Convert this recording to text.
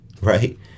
right